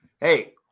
hey